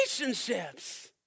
relationships